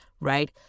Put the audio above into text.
right